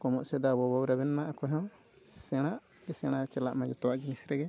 ᱠᱚᱢᱚᱜ ᱥᱮᱫ ᱟᱵᱚ ᱵᱟᱵᱚᱱ ᱨᱮᱵᱮᱱᱢᱟ ᱚᱠᱚᱭ ᱦᱚᱸ ᱥᱮᱬᱟ ᱪᱮ ᱥᱮᱬᱟ ᱪᱟᱞᱟᱜᱢᱟ ᱡᱚᱛᱚᱣᱟᱜ ᱡᱤᱱᱤᱥ ᱨᱮᱜᱮ